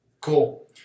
Cool